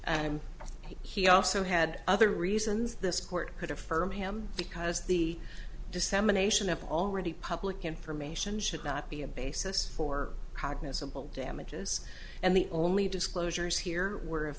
he also had other reasons this court could affirm him because the dissemination of already public information should not be a basis for cognizable damages and the only disclosures here were of